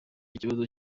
ikibazo